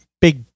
big